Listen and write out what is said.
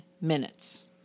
minutes